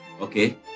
Okay